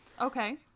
Okay